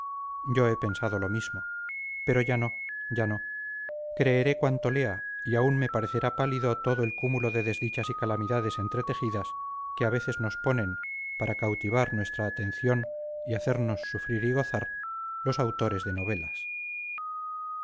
yo he pensado lo mismo pero ya no ya no creeré cuanto lea y aún me parecerá pálido todo el cúmulo de desdichas y calamidades entretejidas que a veces nos ponen para cautivar nuestra atención y hacernos sufrir y gozar los autores de novelas